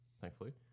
thankfully